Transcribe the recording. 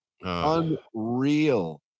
unreal